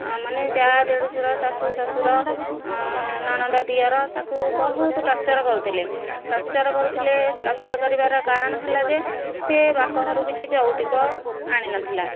ମାନେ ଯାଆ ଦେଢ଼ଶୂର ଶାଶୁ ଶ୍ୱଶୁର ଆଁ ନଣନ୍ଦ ଦିଅର ତାକୁ ବହୁତ ଟର୍ଚ୍ଚର କରୁଥିଲେ ଟର୍ଚ୍ଚର କରୁଥିଲେ ଟର୍ଚ୍ଚର କରିବାର କାରଣ ହେଲା ଯେ ସିଏ ବାପଘରୁ କିଛି ଯୌତୁକ ଆଣିନଥିଲା